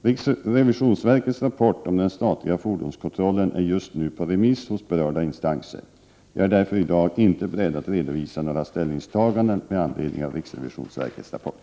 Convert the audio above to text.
Riksrevisionsverkets rapport om den statliga fordonskontrollen är just nu på remiss hos berörda instanser. Jag är därför i dag inte beredd att redovisa några ställningstaganden med anledning av riksrevisionsverkets rapport.